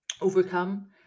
overcome